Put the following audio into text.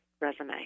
resume